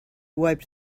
wiped